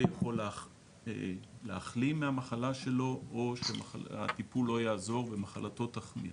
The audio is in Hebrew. יכול להחלים מהמחלה שלו או שהטיפול לא יעזור ומחלתו תחמיר.